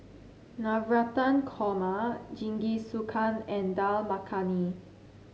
Navratan Korma Jingisukan and Dal Makhani